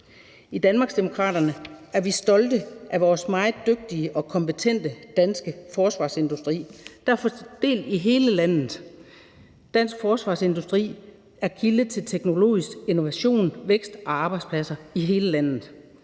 I Danmarksdemokraterne er vi stolte af vores meget dygtige og kompetente danske forsvarsindustri, der er fordelt i hele landet. Dansk forsvarsindustri er kilde til teknologisk innovation, vækst og arbejdspladser i hele landet,